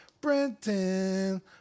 Brenton